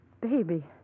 baby